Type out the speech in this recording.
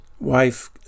wife